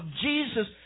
Jesus